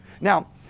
Now